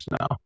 now